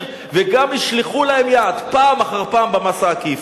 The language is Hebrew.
וגם ישלחו אליהם יד פעם אחר פעם במס העקיף.